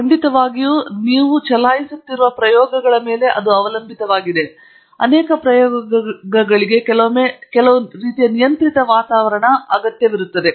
ಖಂಡಿತವಾಗಿಯೂ ನೀವು ಚಲಾಯಿಸುತ್ತಿರುವ ಪ್ರಯೋಗಗಳ ಮೇಲೆ ಅವಲಂಬಿತವಾಗಿದೆ ಆದರೆ ಅನೇಕ ಪ್ರಯೋಗಗಳಿಗೆ ಕೆಲವೊಮ್ಮೆ ಕೆಲವು ರೀತಿಯ ನಿಯಂತ್ರಿತ ವಾತಾವರಣ ಅಗತ್ಯವಿರುತ್ತದೆ